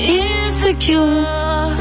insecure